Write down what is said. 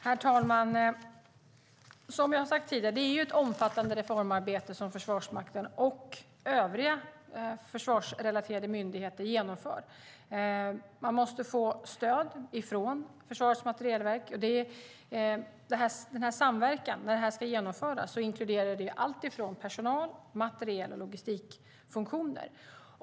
Herr talman! Jag har sagt tidigare att det är ett omfattande reformarbete som Försvarsmakten och övriga försvarsrelaterade myndigheter genomför. Man måste få stöd från Försvarets materielverk. Och när denna samverkan ska genomföras inkluderar det allt från personal, materiel och logistikfunktioner.